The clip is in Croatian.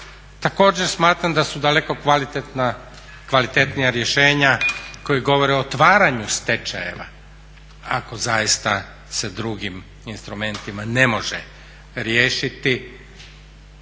Također smatram da su daleko kvalitetnija rješenja koji govore o otvaranju stečajeva ako zaista se drugim instrumentima ne može riješiti